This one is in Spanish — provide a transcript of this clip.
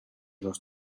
los